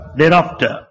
thereafter